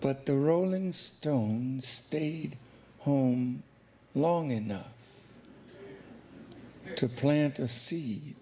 but the rolling stones stayed home long enough to plant a see